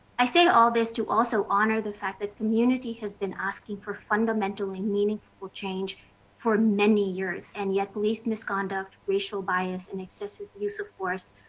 i say all this to also honor the fact that community has been asking for fundamental i mean and change for many years, and yet police misconduct, regional bias, and excessive use of force,